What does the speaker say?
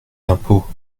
l’impôt